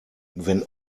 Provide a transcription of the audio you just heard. wenn